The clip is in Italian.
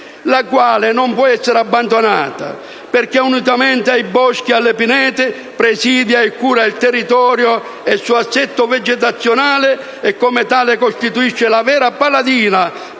la quale non può essere abbandonata, perché, unitamente ai boschi ed alle pinete, presidia e cura il territorio ed il suo assetto vegetazionale e, come tale, costituisce la vera paladina